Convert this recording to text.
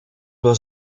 was